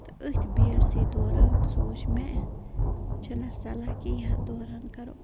تہٕ أتھۍ بی ایٚڈسٕے دوران سوٗنٛچ مےٚ چھِ نَہ صلح کہِ یَتھ دوران کَرو